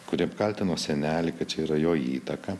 kuri apkaltino senelį kad čia yra jo įtaka